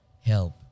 help